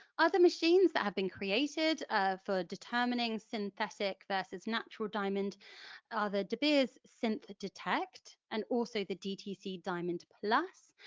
other machines that have been created um for determining synthetic versus natural diamond are the de beers synth detect and also the dtc diamond plus.